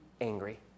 angry